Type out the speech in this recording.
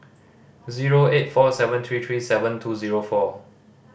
zero eight four seven three three seven two zero four